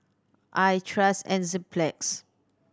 I trust Enzyplex